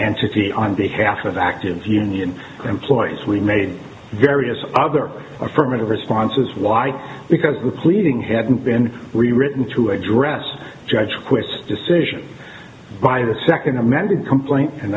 be on behalf of active union employees we made various other affirmative responses why because the pleading hadn't been rewritten to address judge acquits decision by the second amended complaint and